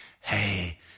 hey